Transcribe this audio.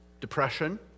depression